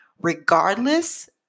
regardless